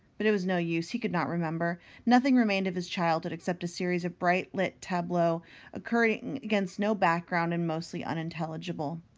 but it was no use, he could not remember nothing remained of his childhood except a series of bright-lit tableaux occurring against no background and mostly unintelligible.